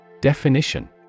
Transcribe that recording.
definition